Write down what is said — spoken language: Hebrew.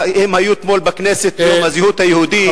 הם היו אתמול בכנסת ביום הזהות היהודית.